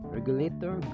Regulator